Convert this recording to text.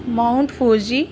mount fuji